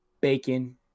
bacon